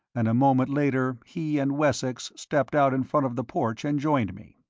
and a moment later he and wessex stepped out in front of the porch and joined me.